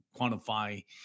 quantify